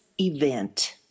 Event